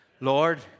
Lord